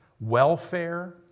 welfare